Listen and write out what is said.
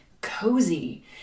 cozy